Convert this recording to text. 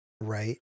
Right